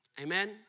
amen